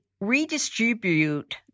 redistribute